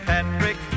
Patrick